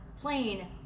plain